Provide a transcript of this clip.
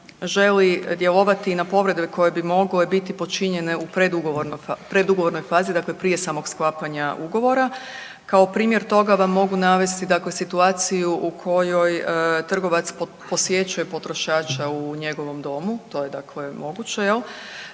želi djelovati na povrede koje bi mogle biti počinjene u predugovornoj fazi dakle prije samog sklapanja ugovora. Kao primjer toga vam mogu navesti situaciju u kojoj trgovac posjećuje potrošača u njegovom domu, to je moguće jel,